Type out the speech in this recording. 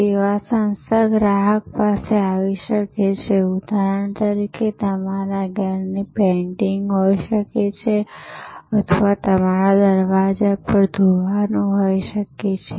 સેવા સંસ્થા ગ્રાહક પાસે આવી શકે છે ઉદાહરણ તરીકે તમારા ઘરની પેઇન્ટિંગ હોઈ શકે છે અથવા તમારા દરવાજા પર કાર ધોવાનું હોઈ શકે છે